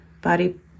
body